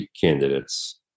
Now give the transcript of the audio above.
candidates